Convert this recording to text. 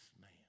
man